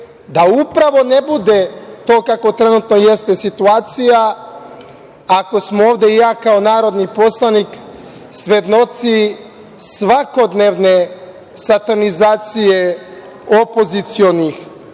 da upravo ne bude to kako trenutno jeste situacija ako smo ovde, i ja kao narodni poslanik, svedoci svakodnevne satanizacije opozicionih